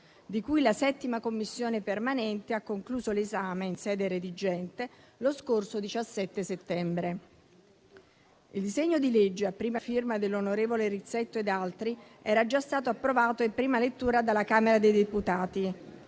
di cui la 7a Commissione permanente ha concluso l'esame in sede redigente lo scorso 17 settembre. Il disegno di legge, a prima firma dell'onorevole Rizzetto ed altri, era già stato approvato in prima lettura dalla Camera dei deputati;